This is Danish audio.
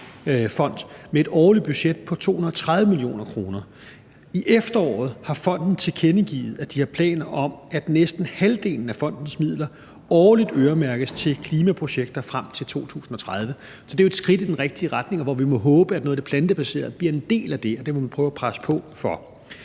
med et årligt budget på 230 mio. kr. I efteråret har fonden tilkendegivet, at de har planer om, at næsten halvdelen af fondens midler årligt øremærkes klimaprojekter frem til 2030. Så det er jo et skridt i den rigtige retning, og vi må håbe, at noget af det plantebaserede bliver en del af det, og det må vi prøve at presse på for.